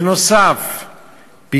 נוסף על כך,